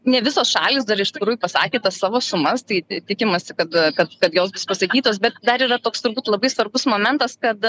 ne visos šalys dar iš tikrųjų pasakė tas savo sumas tai tikimasi kad kad kad jos bus pasakytos bet dar yra toks turbūt labai svarbus momentas kad